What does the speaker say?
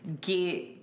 get